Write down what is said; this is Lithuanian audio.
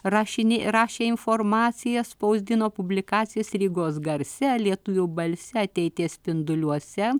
rašinį rašė informaciją spausdino publikacijas rygos garse lietuvių balse ateities spinduliuose